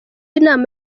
inama